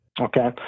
Okay